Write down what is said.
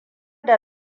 da